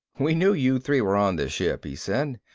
we knew you three were on this ship, he said.